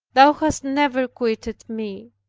thou hast never quitted me,